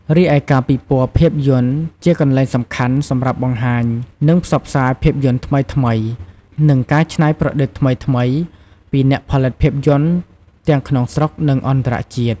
រីឯការពិព័រណ៍ភាពយន្តជាកន្លែងសំខាន់សម្រាប់ បង្ហាញ និងផ្សព្វផ្សាយភាពយន្តថ្មីៗ និងការច្នៃប្រឌិតថ្មីៗ ពីអ្នកផលិតភាពយន្តទាំងក្នុងស្រុក និងអន្តរជាតិ។